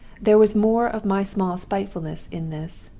there was more of my small spitefulness in this,